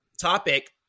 topic